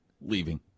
leaving